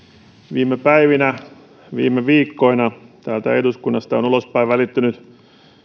viime päivinä viime viikkoina täältä eduskunnasta on ulospäin välittynyt